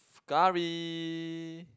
curry